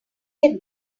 get